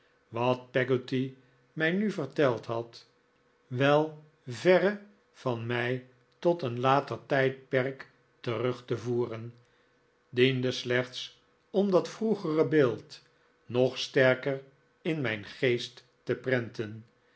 wat peggotty mij nu verteld had wel verfe van mij tot een later tijdperk terug te voeren diende slechts om dat vroegere beeld nog sterker in mijn geest te prenten